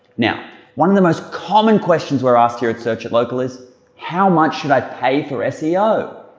now one of the most common questions we're asked here at search it local is how much should i pay for ah seo?